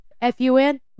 F-U-N